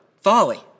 folly